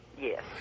Yes